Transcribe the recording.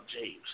James